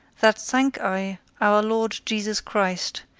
that thank i our lord jesus christ,